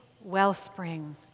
wellspring